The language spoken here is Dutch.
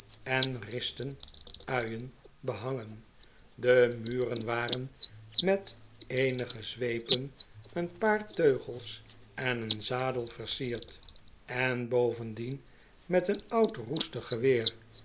en risten uien behangen de muren waren met eenige zweepen een paar teugels en een zadel versierd en bovendien met een oud roestig geweer